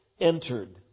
entered